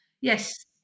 yes